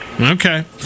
Okay